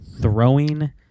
Throwing